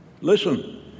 Listen